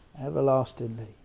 everlastingly